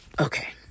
okay